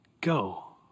go